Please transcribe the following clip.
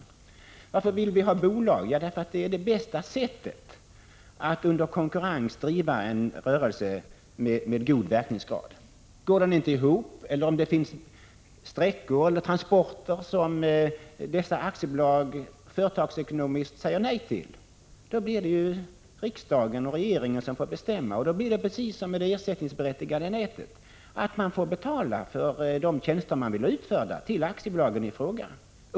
Rune Johansson frågar varför vi vill ha bolagsformen. Ja, det vill vi därför att det är det bästa sättet att under konkurrens driva en rörelse med god verkningsgrad. Om verksamheten inte går ihop eller om det finns sträckor och transporter som dessa aktiebolag företagsekonomiskt säger nej till, blir det riksdagen och regeringen som får bestämma. Då blir det precis som med det ersättningsberättigade nätet att staten får betala till aktiebolagen i fråga för de tjänster som man vill ha utförda.